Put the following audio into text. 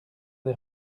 des